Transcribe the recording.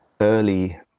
early